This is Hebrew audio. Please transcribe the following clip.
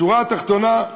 השורה התחתונה,